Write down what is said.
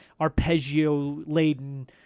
arpeggio-laden